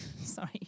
sorry